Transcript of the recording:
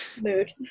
Mood